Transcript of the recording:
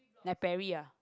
like Perry ah